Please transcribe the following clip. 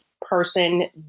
person